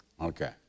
Okay